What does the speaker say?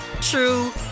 true